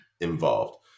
involved